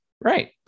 right